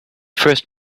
first